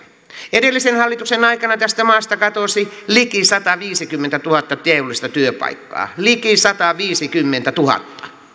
edellisen hallituksen aikana tästä maasta katosi liki sataviisikymmentätuhatta teollista työpaikkaa liki sataviisikymmentätuhatta